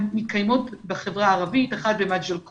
מתקיימות בחברה הערבית, אחת במג'דל כרום,